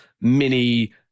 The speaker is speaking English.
mini